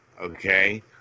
Okay